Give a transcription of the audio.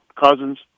Cousins